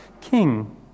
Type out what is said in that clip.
king